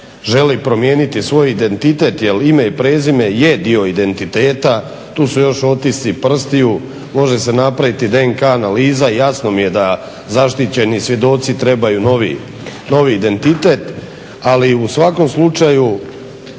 želi promijeniti svoj identitet jer ime i prezime je dio identiteta. Tu su još otisci prstiju, može se još napraviti i DNK analiza. Jasno mi je da zaštićeni svjedoci trebaju novi identitet. Ali u svakom slučaju